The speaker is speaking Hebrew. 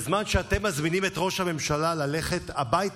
וצר לי לאכזב אתכם שבזמן שאתם מזמינים את ראש הממשלה ללכת הביתה,